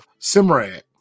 Simrad